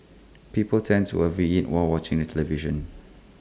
people tend to over eat while watching the television